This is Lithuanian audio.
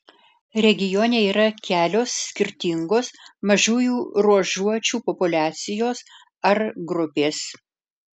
regione yra kelios skirtingos mažųjų ruožuočių populiacijos ar grupės